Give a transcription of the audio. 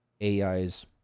AI's